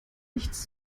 nichts